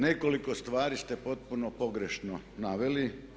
Nekoliko stvari ste potpuno pogrešno naveli.